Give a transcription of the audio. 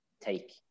take